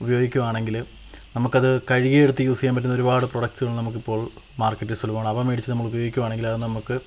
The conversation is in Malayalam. ഉപയോഗിക്കുകയാണെങ്കിൽ നമുക്കത് കഴുകിയെടുത്ത് യൂസ് ചെയ്യാന് പറ്റുന്ന ഒരുപാട് പ്രോഡക്ട്സുകൾ നമുക്കിപ്പോള് മാര്ക്കറ്റില് സുലഭമാണ് അവ മേടിച്ച് നമ്മള് ഉപയോഗിക്കുകയാണെങ്കില് അത് നമുക്ക്